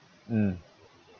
hmm